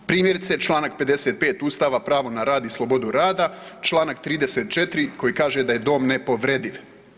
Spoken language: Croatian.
Primjerice čl. 55. ustava, pravo na rad i slobodu rada, čl. 34. koji kaže da je dom nepovrediv.